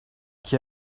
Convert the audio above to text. qui